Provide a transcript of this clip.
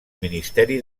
ministeri